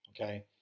Okay